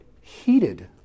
heated